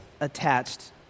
attached